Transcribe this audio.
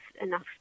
enough